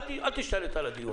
אל תשתלט על הדיון.